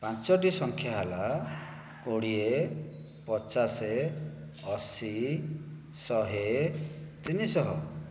ପାଞ୍ଚୋଟି ସଂଖ୍ୟା ହେଲା କୋଡ଼ିଏ ପଚାଶ ଅଶି ଶହେ ତିନିଶହ